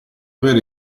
avere